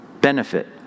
benefit